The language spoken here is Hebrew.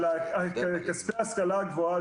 כספי ההשכלה הגבוהה,